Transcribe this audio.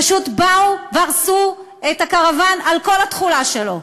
פשוט באו והרסו את הקרוון על כל התכולה שלו.